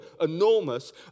enormous